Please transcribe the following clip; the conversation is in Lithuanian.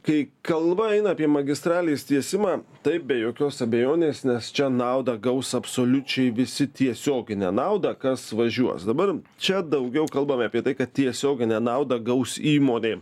kai kalba eina apie magistralės tiesimą tai be jokios abejonės nes čia naudą gaus absoliučiai visi tiesioginę naudą kas važiuos dabar čia daugiau kalbame apie tai kad tiesioginę naudą gaus įmonė